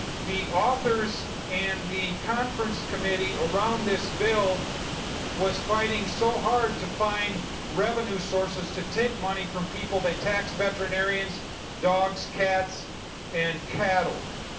the authors and the conference committee around this bill was fighting so hard to find revenue sources to take money from people they taxed veterinarians dogs cats and cattle.